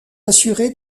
assurée